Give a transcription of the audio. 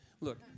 Look